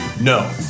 No